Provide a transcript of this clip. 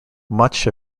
much